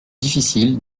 difficile